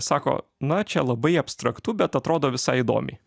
sako na čia labai abstraktu bet atrodo visai įdomiai